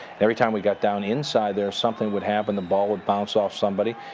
every time we got down inside there, something would happen. the ball would bounce off somebody.